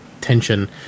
tension